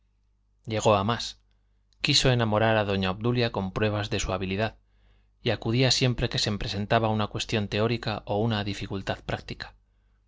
a más quiso enamorar a doña obdulia con pruebas de su habilidad y acudía siempre que se presentaba una cuestión teórica o una dificultad práctica